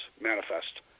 manifest